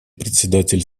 председатели